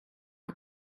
not